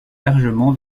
largement